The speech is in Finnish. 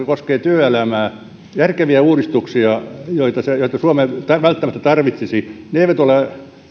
koskevat työelämää järkeviä uudistuksia joita suomi välttämättä tarvitsisi ne eivät